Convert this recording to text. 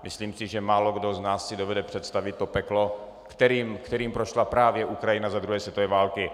Myslím, že málokdo z nás si dovede představit to peklo, kterým prošla právě Ukrajina za druhé světové války.